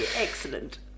excellent